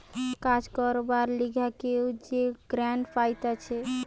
কাজ করবার লিগে কেউ যে গ্রান্ট পাইতেছে